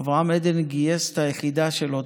אברהם עדן גייס את היחידה שלו,